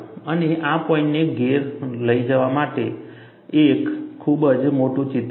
અને આ પોઇન્ટને ઘરે લઈ જવા માટે આ એક ખૂબ જ મોટું ચિત્ર છે